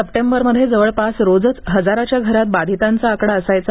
सप्टेंबरमध्ये जवळपास रोजच हजाराच्या घरात बाधितांचा आकडा असायचा